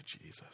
Jesus